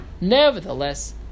nevertheless